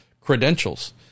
credentials